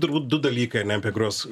turbūt du dalykai ar ne apie kuriuos